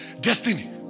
destiny